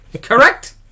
Correct